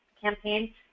campaign